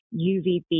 UVB